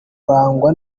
urangwa